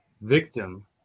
victim